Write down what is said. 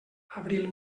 abril